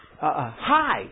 hi